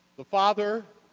the father,